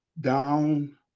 down